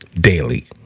Daily